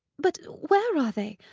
but where are they?